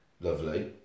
Lovely